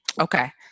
Okay